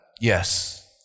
Yes